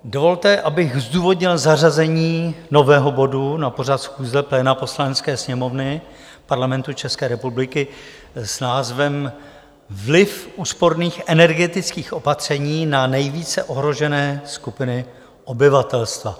Dovolte, abych zdůvodnil zařazení nového bodu na pořad schůze pléna Poslanecké sněmovny Parlamentu České republiky s názvem Vliv úsporných energetických opatření na nejvíce ohrožené skupiny obyvatelstva.